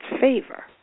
favor